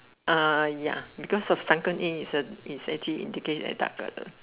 uh ya because of sunken in is a is actually indicate at dark colour